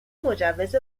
مجوز